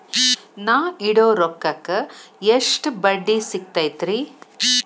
ನಾ ಇಡೋ ರೊಕ್ಕಕ್ ಎಷ್ಟ ಬಡ್ಡಿ ಸಿಕ್ತೈತ್ರಿ?